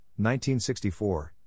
1964